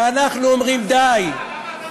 ואנחנו אומרים די.